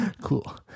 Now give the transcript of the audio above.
Cool